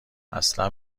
اصلا